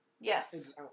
Yes